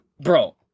bro